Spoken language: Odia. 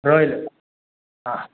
ରହିଲି ହଁ